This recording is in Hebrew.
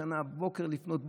46-45 שנה בבוקר, לפנות בוקר,